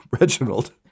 Reginald